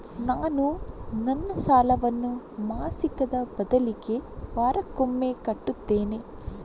ನಾನು ನನ್ನ ಸಾಲವನ್ನು ಮಾಸಿಕದ ಬದಲಿಗೆ ವಾರಕ್ಕೊಮ್ಮೆ ಕಟ್ಟುತ್ತೇನೆ